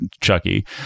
chucky